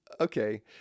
okay